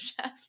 chef